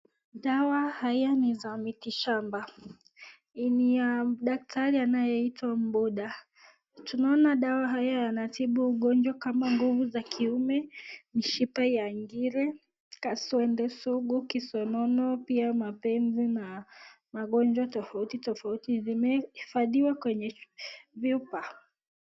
Dawa haya ni za miti shamba, ni ya daktari anayeitwa Mduba. Tunaona dawa haya yanatibu ugonjwa kama nguvu za kiume b, mishipa ya ngiri, kaswende sugu, kisonono pia mapenzi na magonjwa tofauti tofauti vimehifadhiwa kwenye chupa.